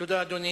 תודה, אדוני.